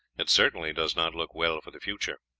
it certainly does not look well for the future.